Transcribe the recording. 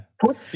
Put